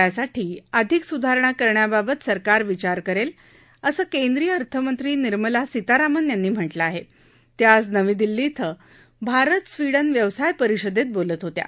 यासाठी अधिक सुधारणा करण्याबाबत सरकार विचार करल्त्री असं केंद्रीय अर्थमंत्री निर्मला सीतारामन यांनी म्हाळी आहात्या आज नवी दिल्ली धिं भारत स्वीडन व्यवसाय परिषदत्तबोलत होत्या